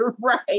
Right